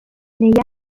negli